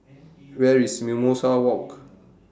Where IS Mimosa Walk